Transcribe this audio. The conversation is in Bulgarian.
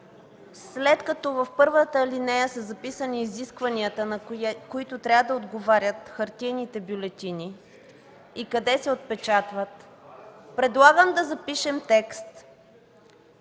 след като в първата алинея са записани изискванията, на които трябва да отговарят хартиените бюлетини и къде се отпечатват, предлагам да запишем текст,